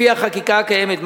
לפי החקיקה הקיימת,